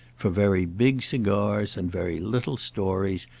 for very big cigars and very little stories,